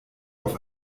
auf